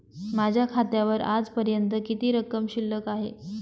माझ्या खात्यावर आजपर्यंत किती रक्कम शिल्लक आहे?